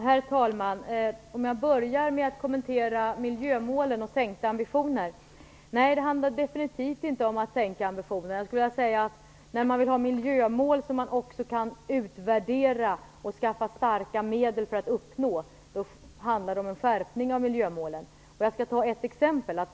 Herr talman! Jag börjar med att kommentera miljömålen och sänkta ambitioner. Nej, det handlar definitivt inte om att sänka ambitioner. Jag skulle vilja säga att när man vill ha miljömål som man också kan utvärdera och när man vill skaffa starka medel för att uppnå dem, handlar det om en skärpning av miljömålen. Jag skall ta ett exempel.